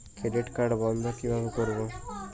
Credit card বন্ধ কিভাবে করবো?